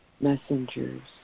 messengers